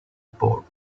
port